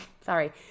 sorry